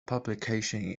publication